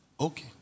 Okay